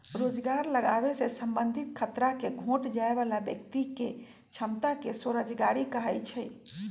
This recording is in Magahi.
रोजगार लागाबे से संबंधित खतरा के घोट जाय बला व्यक्ति के क्षमता के स्वरोजगारी कहै छइ